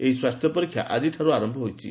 ଏହି ସ୍ୱାସ୍ଥ୍ୟ ପରୀକ୍ଷା ଆଜିଠାରୁ ଆରମ୍ଭ ହୋଇଛି